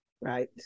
Right